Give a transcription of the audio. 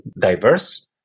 diverse